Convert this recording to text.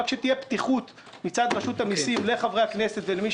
רק שתהיה פתיחוּת מצד רשות המיסים לחברי הכנסת ולמי